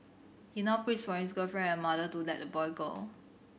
he ignored pleas from his girlfriend and her mother to let the boy go